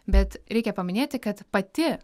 bet reikia paminėti kad pati